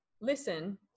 Listen